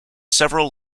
several